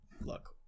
Look